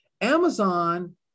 Amazon